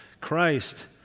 Christ